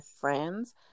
friends